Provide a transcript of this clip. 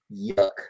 Yuck